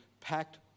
packed